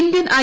Indian I